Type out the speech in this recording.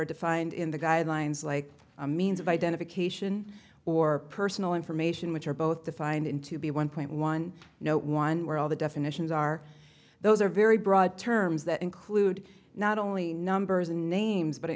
are defined in the guidelines like a means of identification or personal information which are both defined in to be one point one one where all the definitions are those are very broad terms that include not only numbers and names but it